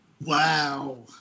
Wow